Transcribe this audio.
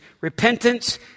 Repentance